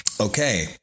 okay